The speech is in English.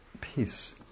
peace